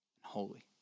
holy